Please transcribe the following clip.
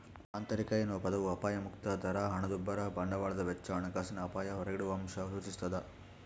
ಆಂತರಿಕ ಎನ್ನುವ ಪದವು ಅಪಾಯಮುಕ್ತ ದರ ಹಣದುಬ್ಬರ ಬಂಡವಾಳದ ವೆಚ್ಚ ಹಣಕಾಸಿನ ಅಪಾಯ ಹೊರಗಿಡುವಅಂಶ ಸೂಚಿಸ್ತಾದ